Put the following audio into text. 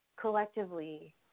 collectively